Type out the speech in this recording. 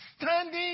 Standing